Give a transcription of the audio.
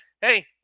hey